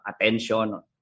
attention